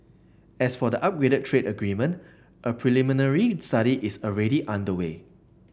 as for the upgraded trade agreement a preliminary study is already underway